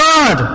God